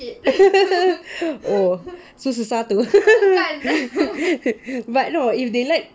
oh so susah tu but no if they like